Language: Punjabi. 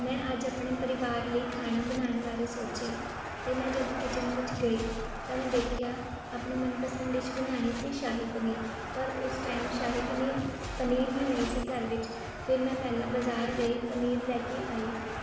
ਮੈਂ ਅੱਜ ਆਪਣੇ ਪਰਿਵਾਰ ਲਈ ਖਾਣਾ ਬਣਾਉਣ ਬਾਰੇ ਸੋਚਿਆ ਅਤੇ ਮੈਂ ਜਦੋਂ ਕਿਚਨ ਵਿੱਚ ਗਈ ਤਾਂ ਮੈਂ ਦੇਖਿਆ ਆਪਣੀ ਮਨਪਸੰਦ ਡਿਸ਼ ਬਣਾਉਣੀ ਸੀ ਸ਼ਾਹੀ ਪਨੀਰ ਪਰ ਉਸ ਟਾਈਮ ਸ਼ਾਹੀ ਪਨੀਰ ਪਨੀਰ ਹੀ ਨਹੀਂ ਸੀ ਘਰ ਵਿੱਚ ਫਿਰ ਮੈਂ ਪਹਿਲਾਂ ਬਾਜ਼ਾਰ ਗਈ ਪਨੀਰ ਲੈ ਕੇ ਆਈ